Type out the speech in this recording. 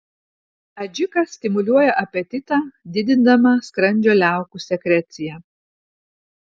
adžika stimuliuoja apetitą didindama skrandžio liaukų sekreciją